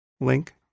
link